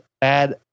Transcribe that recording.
bad